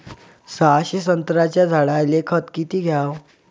सहाशे संत्र्याच्या झाडायले खत किती घ्याव?